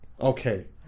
okay